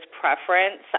preference